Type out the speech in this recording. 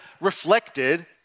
reflected